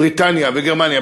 בריטניה וגרמניה.